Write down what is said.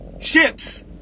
ships